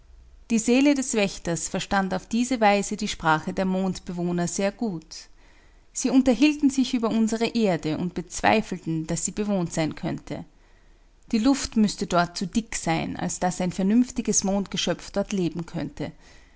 die seele des wächters verstand auf diese weise die sprache der mondbewohner sehr gut sie unterhielten sich über unsere erde und bezweifelten daß sie bewohnt sein könne die luft müßte dort zu dick sein als daß ein vernünftiges mondgeschöpf dort leben könnte